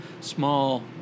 small